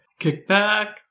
kickback